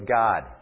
God